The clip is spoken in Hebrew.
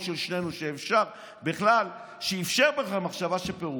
של שנינו שאפשר בכלל מחשבה של פירוק,